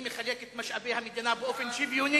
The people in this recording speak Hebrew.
אני מחלק את משאבי המדינה באופן שוויוני,